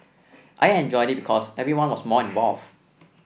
I enjoyed it because everyone was more involved